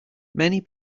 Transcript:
many